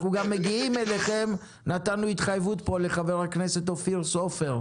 גם נתנו התחייבות לחבר הכנסת אופיר סופר שנגיע אליכם.